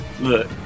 look